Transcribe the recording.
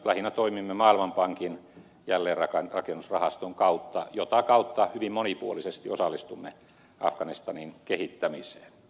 lähinnä toimimme maailmanpankin jälleenrakennusrahaston kautta jota kautta hyvin monipuolisesti osallistumme afganistanin kehittämiseen